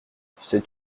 c’est